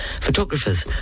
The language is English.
photographers